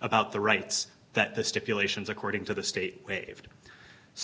about the rights that the stipulations according to the state of